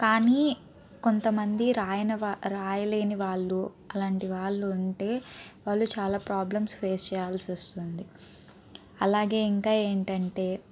కానీ కొంతమంది రాయని వాళ్ళు రాయలేని వాళ్ళు అలాంటి వాళ్ళు ఉంటే వాళ్ళు చాలా ప్రాబ్లమ్స్ ఫేస్ చేయాల్సి వస్తుంది అలాగే ఇంకా ఏంటంటే